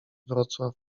wrocław